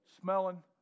smelling